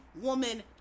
woman